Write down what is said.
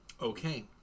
Okay